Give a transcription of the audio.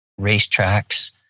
racetracks